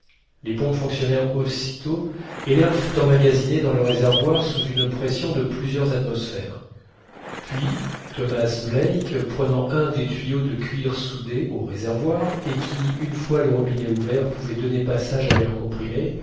les pompes fonctionnèrent aussitôt et l'air fut emmagasiné dans le réservoir sous une pression de plusieurs atmosphères puis thomas black prenant un des tuyaux de cuir soudés au réservoir et qui une fois le robinet ouvert pouvait donner passage à l'air comprimé